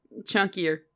chunkier